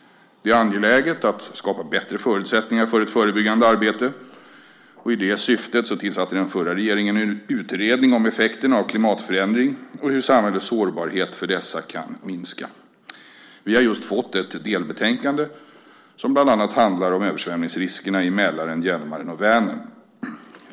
Det är angeläget att skapa bättre förutsättningar för ett förebyggande arbete. I det syftet tillsatte den förra regeringen en utredning om effekterna av klimatförändring och hur samhällets sårbarhet för dessa kan minska . Vi har just fått ett delbetänkande som bland annat handlar om översvämningsriskerna i Mälaren, Hjälmaren och Vänern.